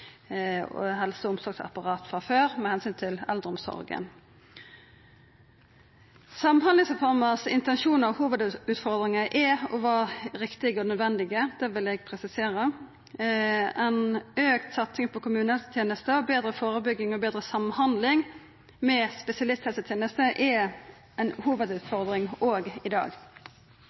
kommunalt helse- og omsorgsapparat frå før med omsyn til eldreomsorga. Samhandlingsreformas intensjon og hovudutfordringar er og var riktige og nødvendige – det vil eg presisera. Ei auka satsing på kommunehelsetenesta, betre førebygging og betre samhandling med spesialisthelsetenesta er ei hovudutfordring òg i dag.